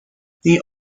the